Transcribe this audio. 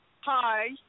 Hi